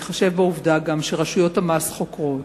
בהתחשב בעובדה גם שרשויות המס חוקרות,